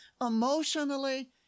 emotionally